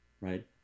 right